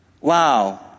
Wow